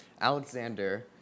Alexander